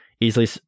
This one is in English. easily